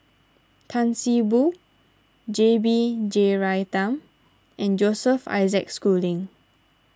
Tan See Boo J B Jeyaretnam and Joseph Isaac Schooling